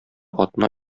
атна